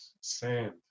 sand